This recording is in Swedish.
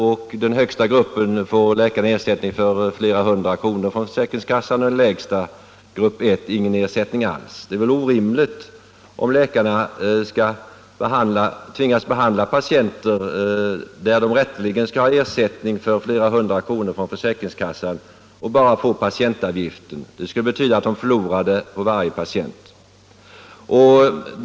Enligt den högsta gruppen får läkarna ersättning från försäkringskassan med flera hundra 1 kronor, och enligt den lägsta ingen ersättning alls. Det är orimligt att läkarna skulle tvingas utföra behandling för vilken de rätteligen skulle ha ersättning från försäkringskassan med flera hundra kronor och bara få ut patientavgiften. Det skulle betyda att de förlorade på varje patient.